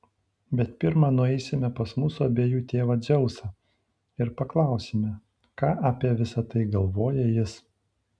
bet pirma nueisime pas mūsų abiejų tėvą dzeusą ir paklausime ką apie visa tai galvoja jis